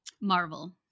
Marvel